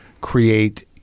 create